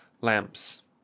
Lamps